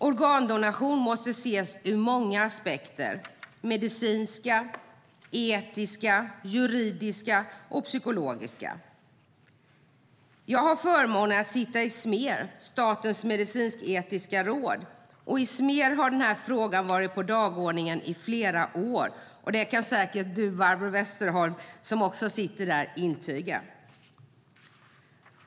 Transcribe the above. Organdonation måste ses ur många aspekter: medicinska, etiska, juridiska och psykologiska. Jag har förmånen att sitta i SMER, Statens medicinsk-etiska råd. I SMER har denna fråga varit på dagordningen i flera år; det kan säkert du, Barbro Westerholm, som också sitter här intyga!